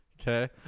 Okay